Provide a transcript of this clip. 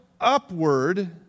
upward